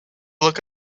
look